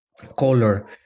color